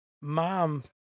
mom